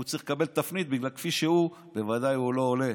צריך לקבל תפנית בגלל שכפי שהוא הוא בוודאי לא עולה.